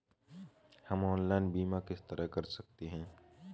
हम ऑनलाइन बीमा किस तरह कर सकते हैं?